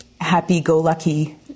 happy-go-lucky